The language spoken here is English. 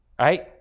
right